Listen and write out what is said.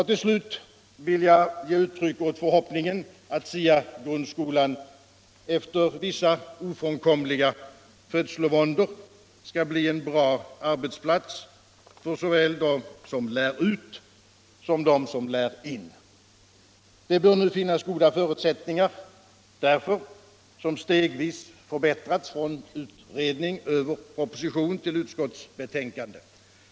Till slut vill jag ge uttryck åt förhoppningen att SIA-grundskolan, efter vissa ofrånkomliga födslovåndor, skall bli en bra arbetsplats för såväl dem som lär ut som dem som lär in. Det bör nu finnas goda förutsättningar därför, som stegvis förbättrats från utredning över proposition till utskottsbetänkande.